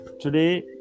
Today